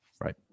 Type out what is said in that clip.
Right